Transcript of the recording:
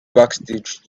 backstage